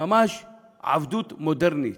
ממש עבדות מודרנית.